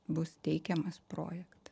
bus teikiamas projektas